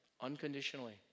unconditionally